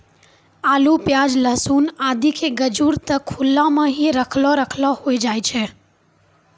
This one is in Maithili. आलू, प्याज, लहसून आदि के गजूर त खुला मॅ हीं रखलो रखलो होय जाय छै